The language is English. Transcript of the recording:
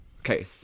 Okay